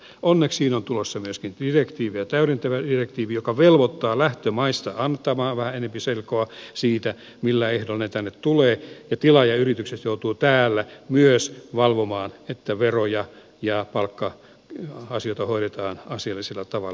onneksi siinä on tulossa myöskin direktiiviä täydentävä direktiivi joka velvoittaa lähtömaissa antamaan vähän enempi selkoa siitä millä ehdoilla he tänne tulevat ja tilaajayritykset joutuvat täällä myös valvomaan että veroja ja palkka asioita hoidetaan asiallisella tavalla